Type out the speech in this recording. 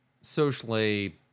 socially